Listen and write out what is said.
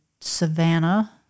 Savannah